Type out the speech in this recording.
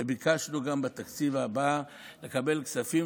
וביקשנו גם בתקציב הבא לקבל כספים,